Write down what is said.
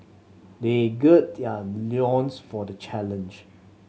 they gird their loins for the challenge